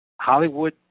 Hollywood